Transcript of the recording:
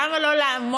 למה לא לעמוד,